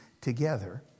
together